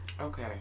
okay